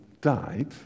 died